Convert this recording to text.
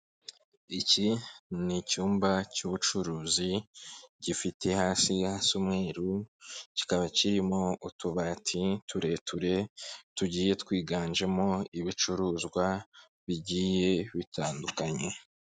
Iki ni icyumba cy'ubucuruzi gifite hasi hasa umweru, kikaba kirimo utubati tureture tugiye twiganjemo ibicuruzwa bigiye bitandukanye.